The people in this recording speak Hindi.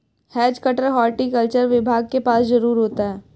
हैज कटर हॉर्टिकल्चर विभाग के पास जरूर होता है